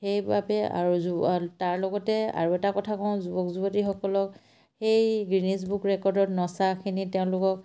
সেইবাবে আৰু যু তাৰ লগতে আৰু এটা কথা কওঁ যুৱক যুৱতীসকলক সেই গ্ৰীণিজ বুক ৰেকৰ্ডত নচাখিনি তেওঁলোকক